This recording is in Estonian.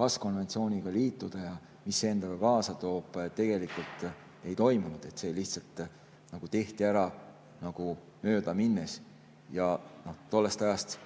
kas konventsiooniga liituda ja mis see endaga kaasa toob, tegelikult ei toimunud. See lihtsalt tehti ära nagu möödaminnes. Tollest ajast